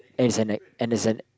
and there's an there's an